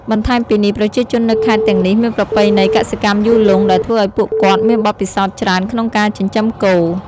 បន្ថែមពីនេះប្រជាជននៅខេត្តទាំងនេះមានប្រពៃណីកសិកម្មយូរលង់ ដែលធ្វើឱ្យពួកគាត់មានបទពិសោធន៍ច្រើនក្នុងការចិញ្ចឹមគោ។